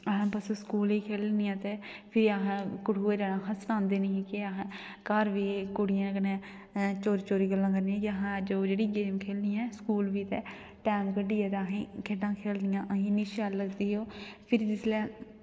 असें बस स्कूल ई खेलनियां ते फ्ही असें कठुऐ जाना सनांदे निं हे कि असें घर बी कुड़ियां कन्नै चोरी चोरी गल्लां करनियां कि असें असें जेह्ड़ी गेम खेलनी ऐ स्कूल बी ते टैम कड्ढियै ते असें खेढां खेढनियां ते असें इ'न्नी शैल लगदी ही ओह् फिर ऐ